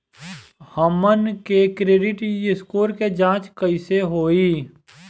हमन के credit score के जांच कैसे होइ?